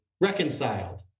reconciled